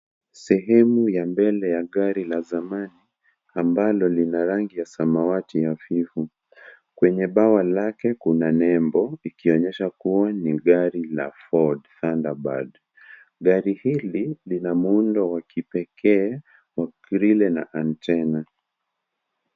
Sehemu ya mbele ya gari la samani ambalo lina rangi ya samawati hafifu, kwenye pawa lake kuna nembo ikionyesha kuwa ni gari la ford . Gari hili lina muundo wa kipekee wa grili na anjena.